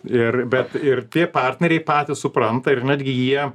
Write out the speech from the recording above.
ir bet ir tie partneriai patys supranta ir netgi jie